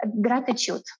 gratitude